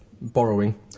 borrowing